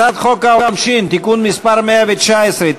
הצעת חוק העונשין (תיקון מס' 119),